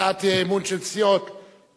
ישיב על הצעת האי-אמון של סיעות רע"ם-תע"ל,